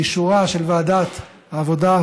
באישורה של ועדת העבודה,